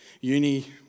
uni